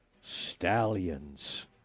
Stallions